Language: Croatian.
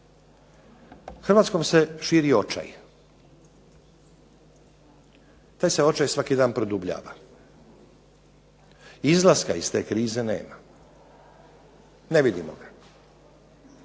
Hrvatskom se širi očaj. Taj se očaj svaki dan produbljava. Izlaska iz te krize nema, ne vidimo ga.